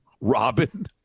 Robin